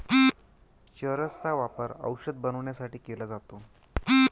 चरस चा वापर औषध बनवण्यासाठी केला जातो